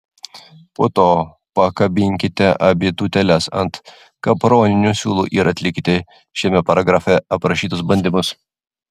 po to pakabinkite abi tūteles ant kaproninių siūlų ir atlikite šiame paragrafe aprašytus bandymus